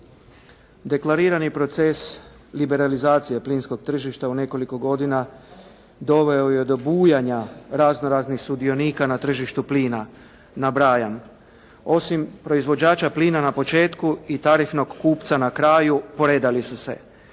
Deklarirani proces liberalizacija plinskog tržišta u nekoliko godina doveo je do bujanja razno-raznih sudionika na tržištu plina. Nabrajam: osim proizvođača plina na početku i tarifnog kupca na kraju poredali su se